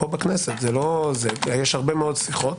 פה בכנסת יש הרבה שיחות,